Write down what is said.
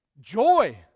Joy